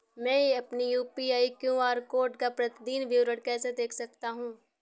मैं अपनी UPI QR code का प्रतीदीन विवरण कैसे देख सकता हूँ?